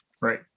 right